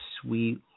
sweet